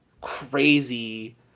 crazy